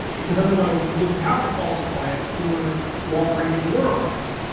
because otherwise you wouldn't have to falsify it in order to operate in the world